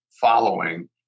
following